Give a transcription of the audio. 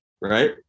right